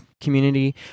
community